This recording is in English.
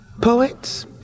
poets